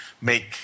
make